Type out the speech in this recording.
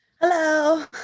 hello